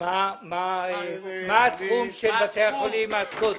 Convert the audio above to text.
מה הסכום של בית החולים הסקוטי?